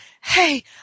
Hey